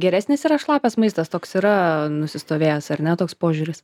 geresnis yra šlapias maistas toks yra nusistovėjęs ar ne toks požiūris